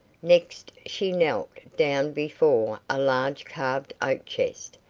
next she knelt down before a large carved oak chest,